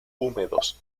húmedos